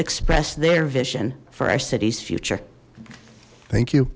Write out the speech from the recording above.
express their vision for our city's future thank you